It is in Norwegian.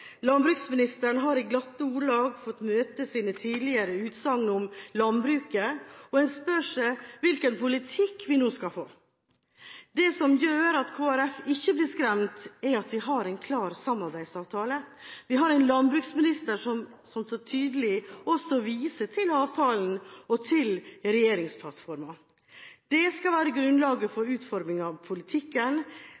Landbruksministeren har i glatte ordelag fått møte sine tidligere utsagn om landbruket, og en spør seg hvilken politikk vi nå skal få. Det som gjør at Kristelig Folkeparti ikke blir skremt, er at vi har en klar samarbeidsavtale, vi har en landbruksminister som så tydelig også viser til avtalen og til regjeringsplattformen. Det skal være grunnlaget for